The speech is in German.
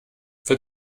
für